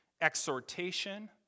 Exhortation